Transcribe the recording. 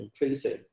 increasing